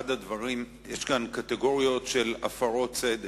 יש כאן קטגוריות של הפרות סדר.